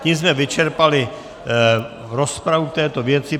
Tím jsme vyčerpali rozpravu k této věci.